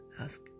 Ask